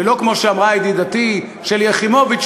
ולא כמו שאמרה ידידתי שלי יחימוביץ,